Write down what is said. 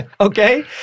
Okay